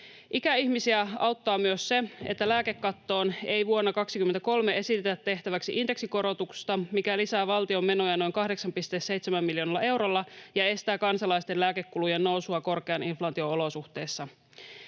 Ikäihmisiä auttaa myös se, että lääkekattoon ei vuonna 23 esitetä tehtäväksi indeksikorotusta, mikä lisää valtion menoja noin 8,7 miljoonalla eurolla ja estää kansalaisten lääkekulujen nousua korkean inflaation olosuhteissa.